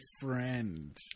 friend